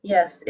Yes